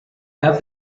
have